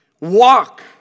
walk